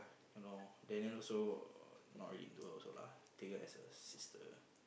ya loh Daniel also not really into her also lah take her as a sister